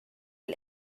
igl